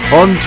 on